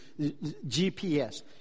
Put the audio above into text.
GPS